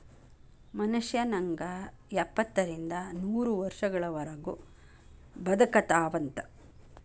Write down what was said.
ಮನುಷ್ಯ ನಂಗ ಎಪ್ಪತ್ತರಿಂದ ನೂರ ವರ್ಷಗಳವರಗು ಬದಕತಾವಂತ